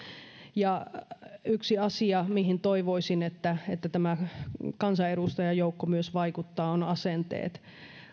ja yksi asia mihin toivoisin että että tämä kansanedustajajoukko myös vaikuttaa on asenteet